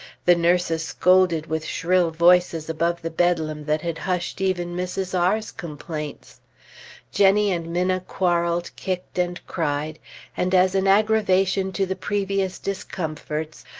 the nurses scolded with shrill voices above the bedlam that had hushed even mrs. r s complaints jennie and minna quarreled, kicked, and cried and as an aggravation to the previous discomforts,